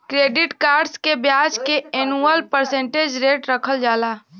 credit cards के ब्याज के एनुअल परसेंटेज रेट रखल जाला